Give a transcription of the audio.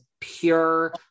pure